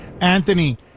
Anthony